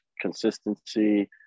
consistency